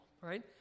right